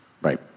right